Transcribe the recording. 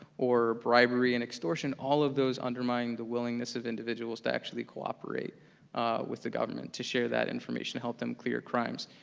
or bribery and extortion, all of those undermine the willingness of individuals to actually cooperate with the government, to share that information, to help them clear crimes.